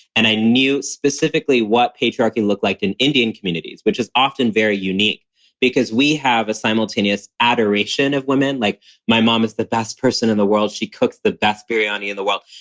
and i knew specifically what patriarchy looked like in indian communities, which is often very unique because we have a simultaneous adoration of women, like my mom is the best person in the world. she cooks the best biryani in the world.